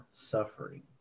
suffering